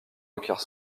requiert